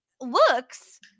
looks